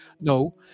no